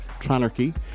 Tranarchy